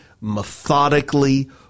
methodically